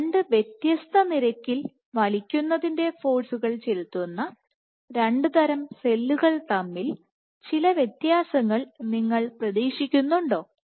2 രണ്ട് വ്യത്യസ്ത നിരക്കിൽ വലിക്കുന്നതിൻറെ ഫോഴ്സുകൾ ചെലുത്തുന്ന രണ്ട് തരം സെല്ലുകൾ തമ്മിൽ ചില വ്യത്യാസങ്ങൾ നിങ്ങൾ പ്രതീക്ഷിക്കുന്നുണ്ടോ